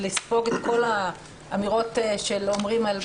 לספוג את כל האמירות שאומרים על פוליטיקאים,